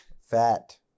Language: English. Fat